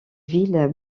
villes